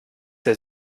der